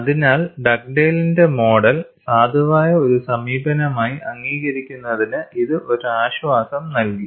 അതിനാൽ ഡഗ്ഡെയ്ലിന്റെ മോഡൽ സാധുവായ ഒരു സമീപനമായി അംഗീകരിക്കുന്നതിന് ഇത് ഒരു ആശ്വാസം നൽകി